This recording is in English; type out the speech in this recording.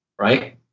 right